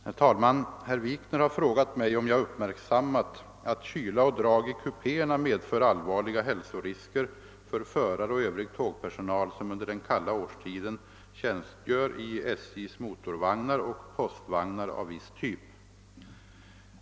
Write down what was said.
Herr talman! Herr Wikner har frågat mig om jag uppmärksammat att kyla och drag i kupéerna medför allvarliga hälsorisker för förare och övrig tågpersonal, som under den kalla årstiden tjänstgör i SJ:s motorvagnar och postvagnar av viss typ.